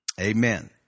Amen